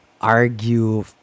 argue